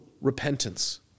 repentance